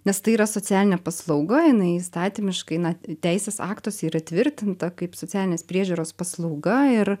nes tai yra socialinė paslauga jinai įstatymiškai na teisės aktuose yra įtvirtinta kaip socialinės priežiūros paslauga ir